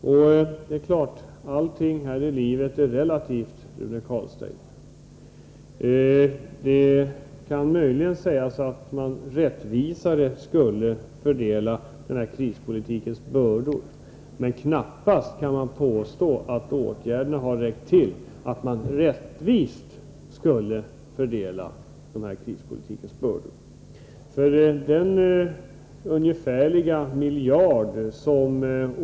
Ja, allting här i livet är ju relativt, Rune Carlstein. Det kan möjligen sägas att man rättvisare skulle fördela krispolitikens bördor, men det går knappast att påstå att åtgärderna varit tillräckliga för att få till stånd en rättvis fördelning.